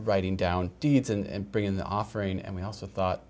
writing down and bring in the offering and we also thought